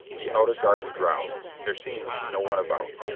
the outer garden drowsed there seemed no one about.